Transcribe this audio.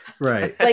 right